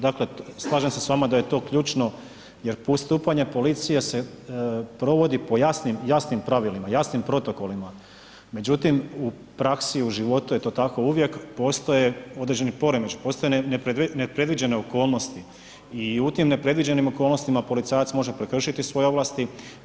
Dakle slažem se s vama da je to ključno jer postupanje policije se provodi po jasnim pravilima, jasnim protokolima, međutim u praksi u životu je to tako uvije, postoje određeni poremećaji, postoje nepredviđene okolnosti i u tim nepredviđenim okolnostima policajac može prekršiti svoje ovlasti.